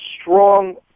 strong